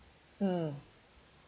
mm